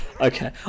Okay